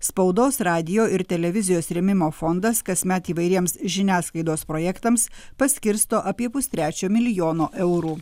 spaudos radijo ir televizijos rėmimo fondas kasmet įvairiems žiniasklaidos projektams paskirsto apie pustrečio milijono eurų